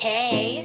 Hey